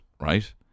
right